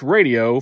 Radio